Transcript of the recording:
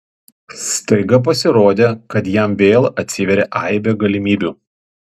staiga pasirodė kad jam vėl atsiveria aibė galimybių